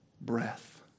breath